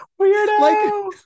weirdo